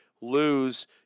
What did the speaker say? lose